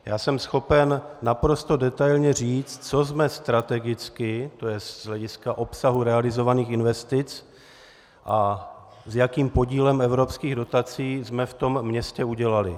Já jsem schopen naprosto detailně říct, co jsme strategicky, tj. z hlediska obsahu realizovaných investic a s jakým podílem evropských dotací, v tom městě udělali.